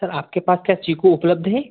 sir आपके पास क्या चीकू उपलब्ध है